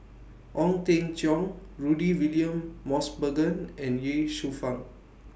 Ong Teng Cheong Rudy William Mosbergen and Ye Shufang